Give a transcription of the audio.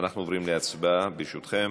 אנחנו עוברים להצבעה, ברשותכם.